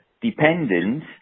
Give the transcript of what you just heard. dependent